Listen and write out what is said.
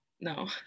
no